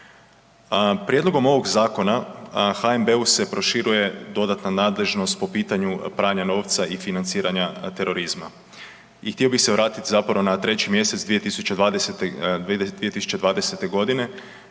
Prijedlogom ovog zakona HNB-u se proširuje dodatna nadležnost po pitanju pranja novca i financiranja terorizma i htio bi se vratiti zapravo na 3. mj. 2020. g.